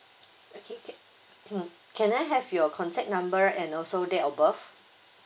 okay can mm can I have your contact number and also date of birth